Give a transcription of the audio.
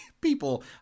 people